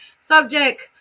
subject